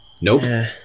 Nope